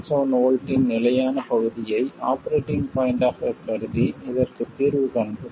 7 V இன் நிலையான பகுதியை ஆபரேட்டிங் பாய்ண்ட் ஆகக் கருதி இதற்குத் தீர்வு காண்பது